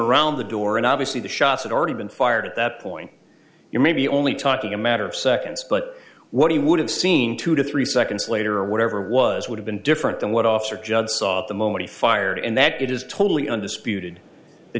around the door and obviously the shots already been fired at that point you're maybe only talking a matter of seconds but what he would have seen two to three seconds later or whatever was would have been different than what officer judd saw at the moment he fired and that it is totally undisputed the